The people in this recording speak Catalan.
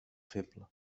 feble